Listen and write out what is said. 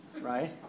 Right